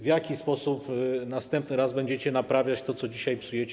W jaki sposób następny raz będziecie naprawiać to, co dzisiaj psujecie?